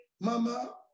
Mama